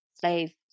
slave